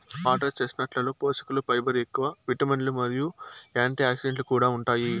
water చెస్ట్నట్లలో పోషకలు fibre ఎక్కువ, విటమిన్లు మరియు యాంటీఆక్సిడెంట్లు కూడా ఉంటాయి